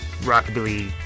Rockabilly